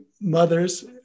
mothers